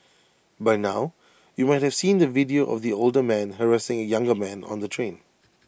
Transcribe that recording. by now you might have seen the video of the older man harassing A younger man on the train